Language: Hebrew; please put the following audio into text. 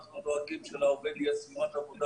אנחנו דואגים שלעובד תהיה סביבת עבודה